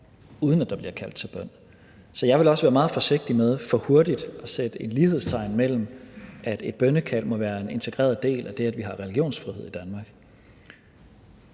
uden at der bliver kaldt til bøn. Så jeg vil også være meget forsigtig med for hurtigt at sætte et lighedstegn mellem, at et bønnekald må være en integreret del af det, at vi har religionsfrihed i Danmark.